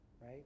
right